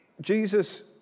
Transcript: Jesus